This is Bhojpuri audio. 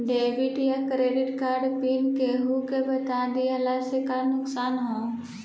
डेबिट या क्रेडिट कार्ड पिन केहूके बता दिहला से का नुकसान ह?